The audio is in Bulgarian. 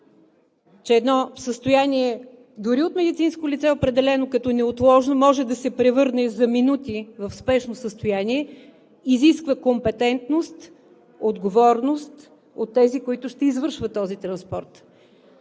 че едно състояние, дори определено от медицинско лице като неотложно, може да се превърне за минути в спешно състояние, изисква компетентност, отговорност от тези, които ще извършват този транспорт.